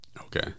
Okay